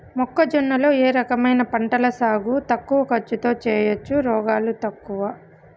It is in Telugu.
మొక్కజొన్న లో ఏ రకమైన పంటల సాగు తక్కువ ఖర్చుతో చేయచ్చు, రోగాలు తక్కువ?